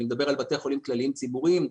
ואני מדבר על בתי החולים הציבוריים כלליים,